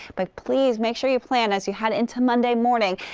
but please make sure you plan as you head into monday morning.